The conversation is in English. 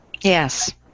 Yes